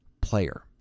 player